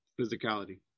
physicality